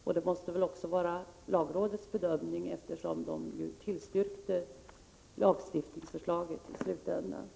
Och det måste väl också vara lagrådets bedömning att det förhåller sig så, eftersom lagrådet tillstyrkte lagstiftningsförslaget i slutänden.